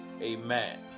Amen